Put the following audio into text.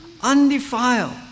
undefiled